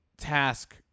task